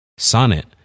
Sonnet